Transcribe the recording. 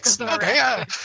Okay